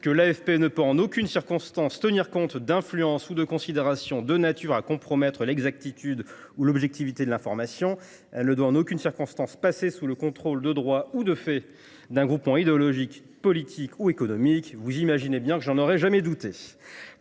que l’AFP « ne peut en aucune circonstance tenir compte d’influences ou de considérations de nature à compromettre l’exactitude ou l’objectivité de l’information » et qu’elle « ne doit, en aucune circonstance, passer sous le contrôle de droit ou de fait d’un groupement idéologique, politique ou économique ». Vous imaginez bien que je ne douterai jamais de